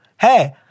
Hey